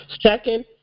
second